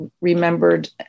remembered